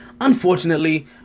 unfortunately